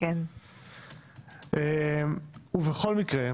בכל מקרה,